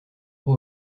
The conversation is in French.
pour